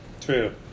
True